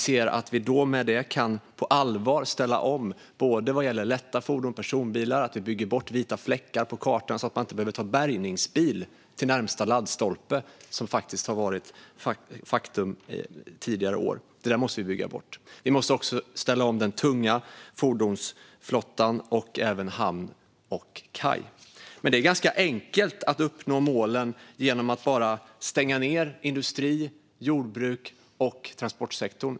Då kan vi på allvar ställa om, vad gäller både lätta fordon och personbilar, och bygga bort vita fläckar på kartan så att man inte behöver ta bärgningsbil till närmaste laddstolpe, vilket faktiskt har varit ett faktum tidigare år. Detta måste vi bygga bort. Vi måste också ställa om den tunga fordonsflottan och även hamn och kaj. Det är ganska enkelt att uppnå målen genom att bara stänga ned industri, jordbruk och transportsektor.